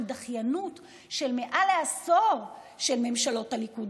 דחיינות של מעל עשור של ממשלות ליכוד.